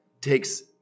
takes